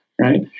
right